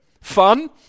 Fun